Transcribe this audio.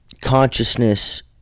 consciousness